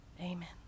Amen